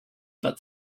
but